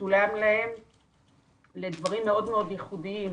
משולם להם לדברים מאוד ייחודיים: